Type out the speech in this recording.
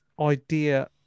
idea